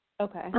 Okay